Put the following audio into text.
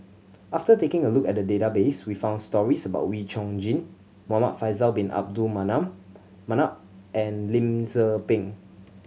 after taking a look at the database we found stories about Wee Chong Jin Muhamad Faisal Bin Abdul Manap and Lim Tze Peng